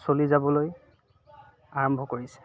চলি যাবলৈ আৰম্ভ কৰিছে